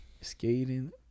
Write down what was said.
Skating